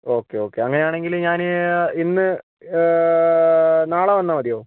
okay okay അങ്ങനെയാണെങ്കിൽ ഞാൻ ഇന്ന് നാളെ വന്നാൽ മതിയോ